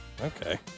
Okay